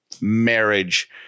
marriage